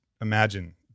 imagine